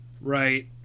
right